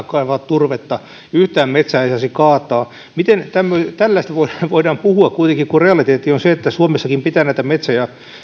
kaivaa turvetta yhtään metsää ei saisi kaataa miten tällaista voidaan puhua kun kuitenkin realiteetti on se että suomessakin pitää näitä metsä ja